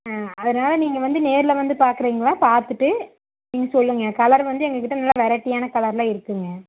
அதனால் நீங்கள் வந்து நேரில் வந்து பார்க்குறீங்ளா பார்த்துட்டு நீங்கள் சொல்லுங்க கலர் வந்து எங்கள் கிட்டே இன்னும் வெரைட்டியான கலரெலாம் இருக்குதுங்க